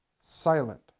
silent